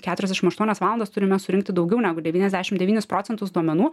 keturiasdešim aštuonias valandas turime surinkti daugiau negu devyniasdešim devynis procentus duomenų